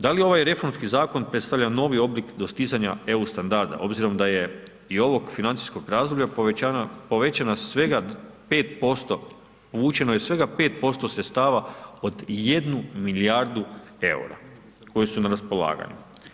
Da li ovaj reformski zakon, predstavlja novi oblik dostizanja EU standarda, obzirom da je i ovog financijskoj razdoblja, povećana svega 5%, povućeno je svega 5% sredstava od 1 milijardu eura, koje su na raspolaganju.